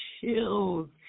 chills